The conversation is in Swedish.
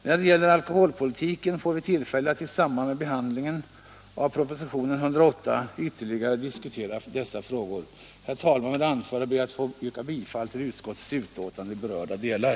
När det gäller alkoholpolitiken får vi tillfälle att i samband med behandlingen av propositionen 1976/77:108 ytterligare diskutera dessa frågor. Herr talman! Med det anförda ber jag att få yrka bifall till utskottets hemställan i berörda delar.